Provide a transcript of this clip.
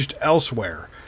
elsewhere